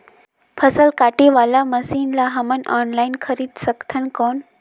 फसल काटे वाला मशीन ला हमन ऑनलाइन खरीद सकथन कौन?